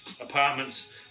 apartments